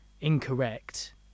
incorrect